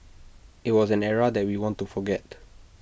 IT was an era that we want to forget